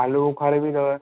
आलूबुख़ार बि अथव